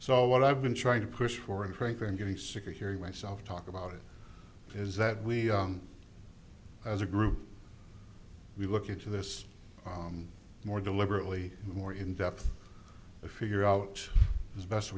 so what i've been trying to push for and frankly i'm getting sick of hearing myself talk about it is that we as a group we look into this more deliberately more in depth to figure out as best